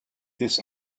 this